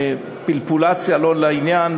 מפלפולציה לא לעניין,